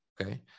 okay